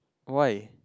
why